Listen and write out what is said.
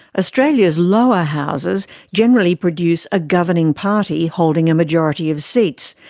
australia's lower houses generally produce a governing party holding a majority of seats,